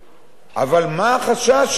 אבל מה החשש שזה יקרה?